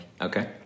Okay